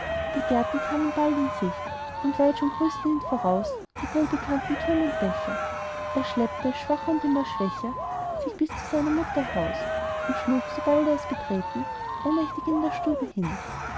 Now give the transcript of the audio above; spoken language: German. die gärten kamen bald in sicht und weit schon grüßten ihn voraus die wohlbekannten türm und dächer er schleppte schwach und immer schwächer sich bis zu seiner mutter haus und schlug sobald er es betreten ohnmächtig in der stube hin